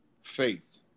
faith